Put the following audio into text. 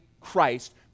Christ